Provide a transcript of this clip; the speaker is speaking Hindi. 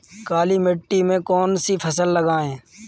काली मिट्टी में कौन सी फसल लगाएँ?